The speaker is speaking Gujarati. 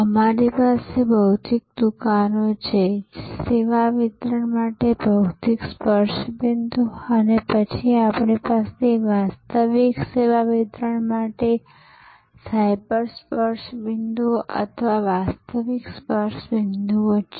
અમારી પાસે ભૌતિક દુકાનો છે સેવા વિતરણ માટે ભૌતિક સ્પર્શ બિંદુ અને પછી આપણી પાસે વાસ્તવિક સેવા વિતરણ માટે સાયબર સ્પર્શ બિંદુઓ અથવા વાસ્તવિક સ્પર્શ બિંદુઓ છે